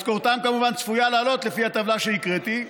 משכורתם כמובן צפויה לעלות, לפי הטבלה שהקראתי.